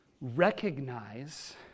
Recognize